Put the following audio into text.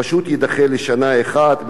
זה פשוט יידחה בשנה אחת,